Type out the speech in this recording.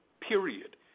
period